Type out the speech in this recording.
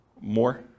More